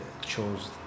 chose